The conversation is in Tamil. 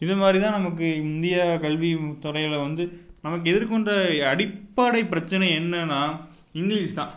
இதுமாதிரிதான் நமக்கு இந்தியா கல்வித்துறையில வந்து நமக்கு எதிர்கொண்ட அடிப்படை பிரச்சினை என்னென்னால் இங்கிலீஷ்தான்